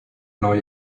neu